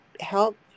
help